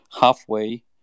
halfway